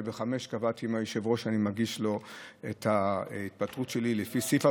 בשעה 17:00 קבעתי עם היושב-ראש שאני מגיש לו את ההתפטרות שלי לפי סעיף,